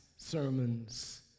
Sermons